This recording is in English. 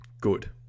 good